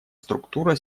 структура